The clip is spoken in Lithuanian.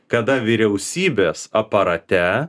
kada vyriausybės aparate